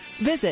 Visit